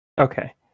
Okay